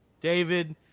David